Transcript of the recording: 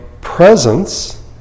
presence